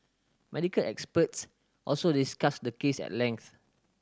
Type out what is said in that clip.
medical experts also discussed the case at length